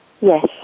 yes